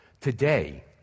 today